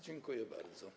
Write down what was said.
Dziękuję bardzo.